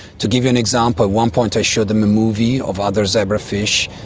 to give you an example, at one point i showed them a movie of other zebrafish,